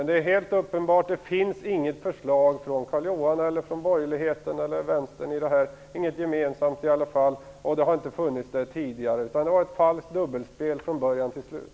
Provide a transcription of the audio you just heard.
Det är helt uppenbart att det inte finns något förslag från Carl-Johan Wilson, borgerligheten eller vänstern i det här fallet - åtminstone inget gemensamt förslag. Det har inte funnits tidigare heller. Det var ett falskt dubbelspel från början till slut.